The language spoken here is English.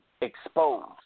Exposed